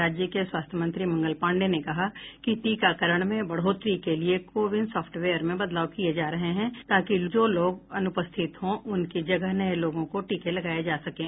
राज्य के स्वास्थ्य मंत्री मंगल पांडे ने कहा कि टीकाकरण में बढोतरी के लिए को विन सॉफ्टवेयर में बदलाव किए जा रहे हैं ताकि जो लोग अनुपस्थित हों उनकी जगह नए लोगों को टीके लगाए जा सकें